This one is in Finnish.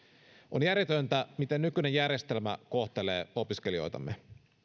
on järjetöntä miten nykyinen järjestelmä kohtelee opiskelijoitamme